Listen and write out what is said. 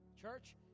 Church